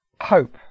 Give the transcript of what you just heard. hope